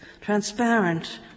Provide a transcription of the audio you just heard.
transparent